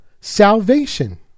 salvation